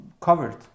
covered